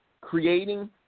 creating